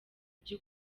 ibyo